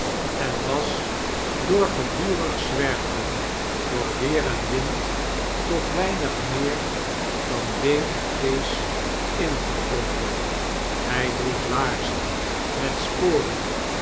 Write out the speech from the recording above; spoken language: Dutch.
kluizenaab was door gedurig zwerven door weer en wind tot weinig meer dan been en pees ingekrompen hy droeg laarzen met sporen